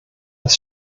als